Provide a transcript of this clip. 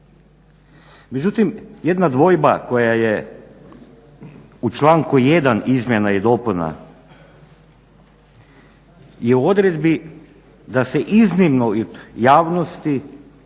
Međutim, jedna dvojba koja je u članku 1. izmjena i dopuna je u odredbi da se iznimno i od javnosti